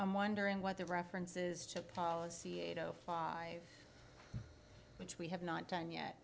i'm wondering what the references to policy eight o five which we have not done yet